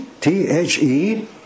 T-H-E